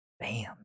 Bam